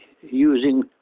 using